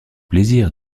plaisir